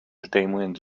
zdejmując